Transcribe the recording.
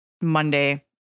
monday